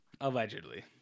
Allegedly